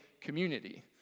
community